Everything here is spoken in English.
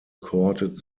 courted